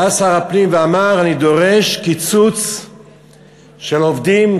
בא שר הפנים ואמר: אני דורש קיצוץ של עובדים,